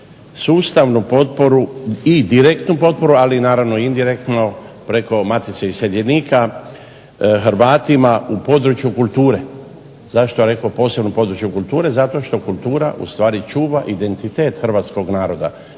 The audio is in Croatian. sustavnu potporu i direktnu potporu ali naravno i indirektno preko Matice iseljenika Hrvatima u području kulture. Zašto sam rekao posebno u području kulture? Zato što kultura ustvari čuva identitet hrvatskog naroda